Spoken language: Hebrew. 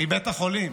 מבית החולים,